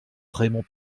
raymond